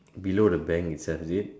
below the bank itself is it